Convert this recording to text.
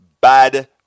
bad